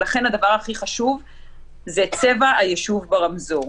ולכן הדבר הכי חשוב זה צבע היישוב ברמזור.